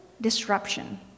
disruption